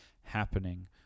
happening